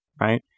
right